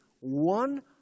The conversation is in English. one